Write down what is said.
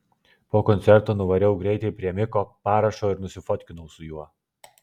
po koncerto nuvariau greitai prie miko parašo ir nusifotkinau su juo